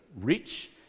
rich